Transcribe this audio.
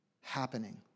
happening